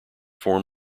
form